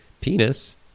Penis